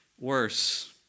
worse